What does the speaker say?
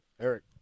Eric